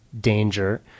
danger